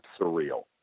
surreal